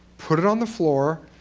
put it on the floor,